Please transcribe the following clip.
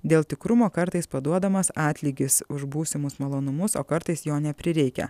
dėl tikrumo kartais paduodamas atlygis už būsimus malonumus o kartais jo neprireikia